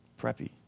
preppy